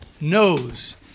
knows